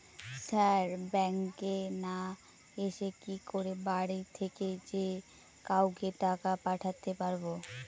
Sir ব্যাঙ্কে না এসে কি করে বাড়ি থেকেই যে কাউকে টাকা পাঠাতে পারবো?